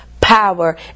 power